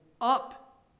up